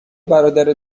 برادر